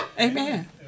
Amen